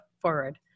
forward